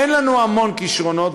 אין לנו המון כישרונות,